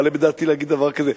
לא הייתי מעלה בדעתי להגיד דבר כזה.